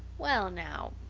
well now,